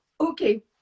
okay